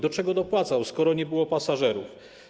Do czego dopłacał, skoro nie było pasażerów?